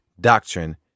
doctrine